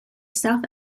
south